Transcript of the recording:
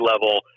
level